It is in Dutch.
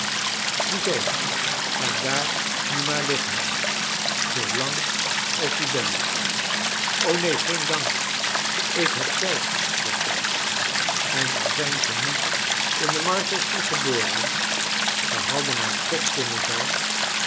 zoo g a daar nu maar liggen zoo lang als u bent o neen geen dank ik heb zelf dochters en al zijn ze niet in de marshalsea geboren ze hadden het toch kunnen zijn